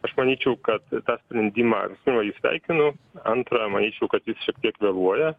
aš manyčiau kad tą sprendimą visų pirma jį sveikinu antra manyčiau kad jis šiek tiek vėluoja